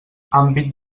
àmbit